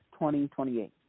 2028